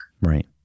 Right